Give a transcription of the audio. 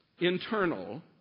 internal